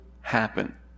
happen